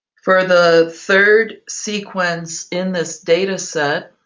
for the third sequence in this data set,